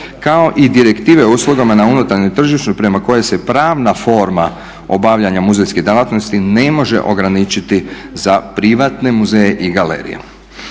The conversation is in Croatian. kao i direktive uslugama na unutarnjem tržištu prema kojima se pravna forma obavljanja muzejske djelatnosti ne može ograničiti za privatne muzeje i galerije.